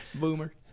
Boomer